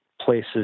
places